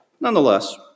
Nonetheless